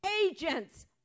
agents